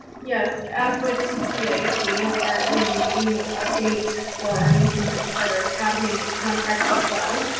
yes, as with ti ca we are in the annual update for our new summit charter academy contract as well.